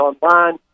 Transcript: online